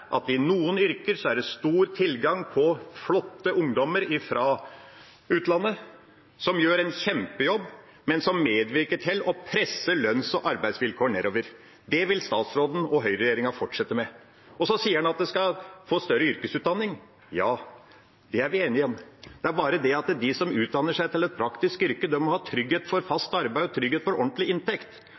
det stor tilgang på flotte ungdommer fra utlandet, som gjør en kjempejobb, men som medvirker til å presse lønns- og arbeidsvilkår nedover. Det vil statsråden og høyreregjeringa fortsette med. Så sier han at vi skal få mer yrkesutdanning. Ja, det er vi enige om. Det er bare det at de som utdanner seg til et praktisk yrke, må ha trygghet for fast arbeid og trygghet for ordentlig inntekt.